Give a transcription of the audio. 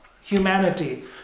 humanity